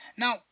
Now